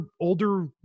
older